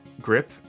grip